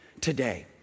today